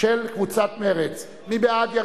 בהרמת יד, מי בעד?